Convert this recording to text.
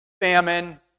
famine